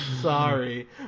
Sorry